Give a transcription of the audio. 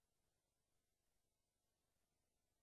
עובדה,